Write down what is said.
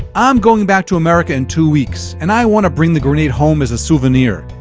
i'm going back to america in two weeks and i want to bring the grenade home as a souvenir.